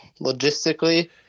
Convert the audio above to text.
logistically